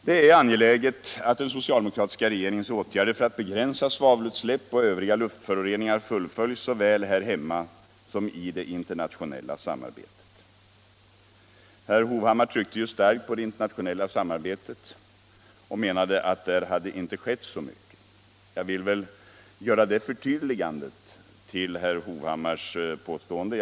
Det är angeläget att den socialdemokratiska regeringens åtgärder för - Nr 32 att begränsa svavelutsläpp och övriga luftföroreningar fullföljs såväl här hemma som i det internationella samarbetet. Herr Hovhammar tryckte ju starkt på det internationella samarbetet och menade att det inte skett så mycket på det området.